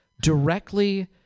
directly